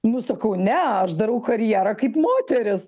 nu sakau ne aš darau karjerą kaip moteris